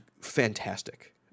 fantastic